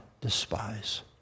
despise